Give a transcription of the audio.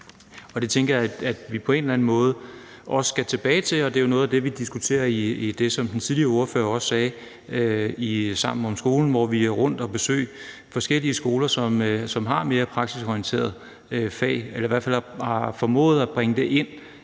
og det tænker jeg at vi på en eller anden måde også skal tilbage til, og det er jo også noget af det, som vi, som den tidligere ordfører også sagde, diskuterer i »Sammen om skolen«, hvor vi jo er rundt at besøge forskellige skoler, som har mere praktisk orienterede fag, eller som i hvert fald har formået at bringe det ind